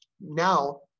Now